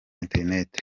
internet